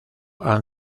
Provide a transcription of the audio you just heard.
han